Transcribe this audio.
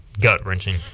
gut-wrenching